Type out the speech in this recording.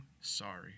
sorry